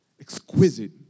exquisite